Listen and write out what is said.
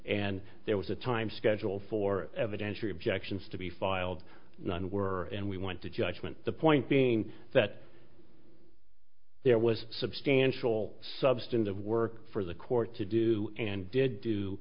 and there was a time schedule for evidence three objections to be filed none were and we went to judgment the point being that there was substantial substantive work for the court to do and did do